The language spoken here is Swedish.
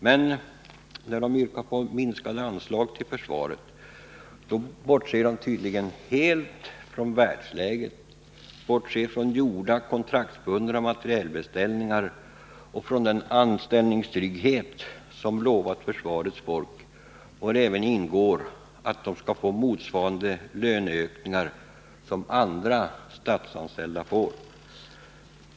men när vpk yrkar på minskade anslag till försvaret, då bortser man tydligen helt från världsläget, från gjorda kontraktsbundna materielbeställningar och från den anställningstrygghet som lovats försvarets folk. vari även ingar löneökningar motsvarande dem som andra statsanställda får.